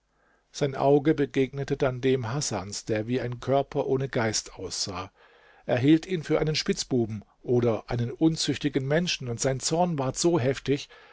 sein auge begegnete dann dem hasans der wie ein körper ohne geist aussah er hielt ihn für einen spitzbuben oder einen unzüchtigen menschen und sein zorn ward so heftig